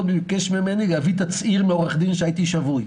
ביקש ממני להביא תצהיר מעורך דין שהייתי שבוי.